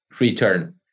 return